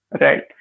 Right